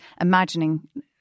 imagining